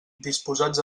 disposats